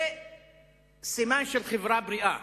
זה סימן לחברה בריאה.